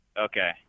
Okay